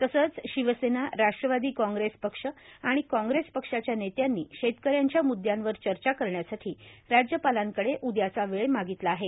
तसंव शिवसेना राट्रवादी काँप्रेस आणि काँप्रेस पक्षाच्या नेत्यांनी ौतकऱ्यांच्या मुद्यांवर चर्चा करण्यासाठी राज्यपालांकडे उद्यावा वेळ मागितला आहे